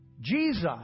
Jesus